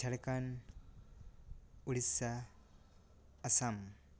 Jharkhand Odisha Assam